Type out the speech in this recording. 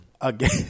again